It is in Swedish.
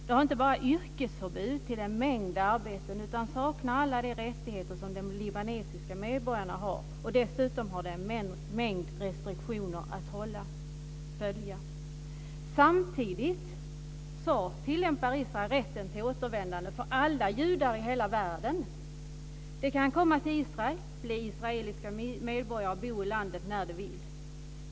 De har inte bara yrkesförbud i fråga om en mängd arbeten utan saknar också alla de rättigheter som de libanesiska medborgarna har. Dessutom har de en mängd restriktioner att följa. Samtidigt tillämpar Israel rätten till återvändande för alla judar i hela världen. De kan komma till Israel, bli israeliska medborgare och bo i landet när de vill.